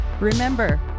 Remember